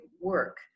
work